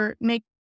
make